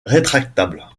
rétractable